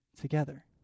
together